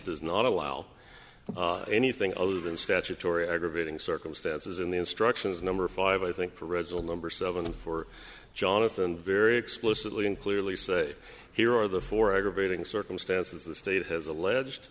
does not allow anything other than statutory aggravating circumstances in the instructions number five i think for red zone number seven for jonathan very explicitly and clearly say here are the for aggravated circumstances the state has alleged